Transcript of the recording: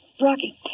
Rocky